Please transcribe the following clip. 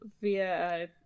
Via